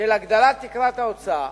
של הגדלת תקרת ההוצאה,